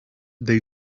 they